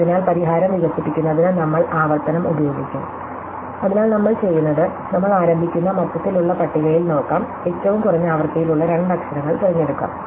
അതിനാൽ പരിഹാരം വികസിപ്പിക്കുന്നതിന് നമ്മൾ ആവർത്തനം ഉപയോഗിക്കും അതിനാൽ നമ്മൾ ചെയ്യുന്നത് നമ്മൾ ആരംഭിക്കുന്ന മൊത്തത്തിലുള്ള പട്ടികയിൽ നോക്കാം ഏറ്റവും കുറഞ്ഞ ആവൃത്തിയിലുള്ള രണ്ട് അക്ഷരങ്ങൾ തിരഞ്ഞെടുക്കാം